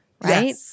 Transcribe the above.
right